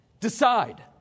Decide